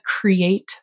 create